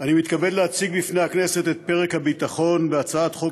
אני מתכבד להציג בפני הכנסת את פרק הביטחון בהצעת חוק